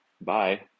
Bye